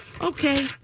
Okay